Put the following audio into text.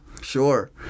sure